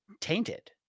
tainted